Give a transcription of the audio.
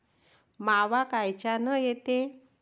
मावा कायच्यानं येते?